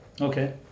Okay